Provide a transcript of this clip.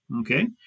Okay